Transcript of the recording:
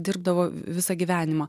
dirbdavo visą gyvenimą